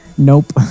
nope